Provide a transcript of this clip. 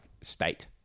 state